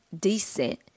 decent